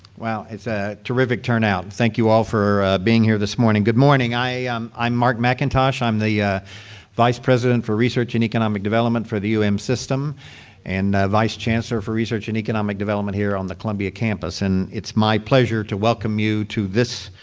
well, it's a terrific turnout. thank you all for being here this morning. good morning. i'm mark mcintosh, i'm the vice president for research and economic development for the um system and vice chancellor for research and economic development here on the columbia campus and it's my pleasure to welcome you to this,